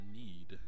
need